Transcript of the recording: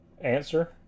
answer